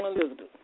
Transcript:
Elizabeth